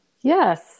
Yes